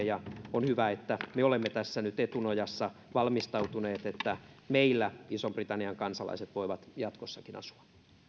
ja on hyvä että me olemme tässä nyt etunojassa valmistautuneet että meillä ison britannian kansalaiset voivat jatkossakin asua